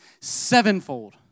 sevenfold